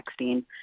texting